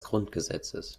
grundgesetzes